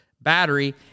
battery